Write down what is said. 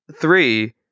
three